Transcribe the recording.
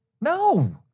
No